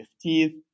teeth